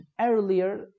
earlier